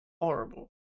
Horrible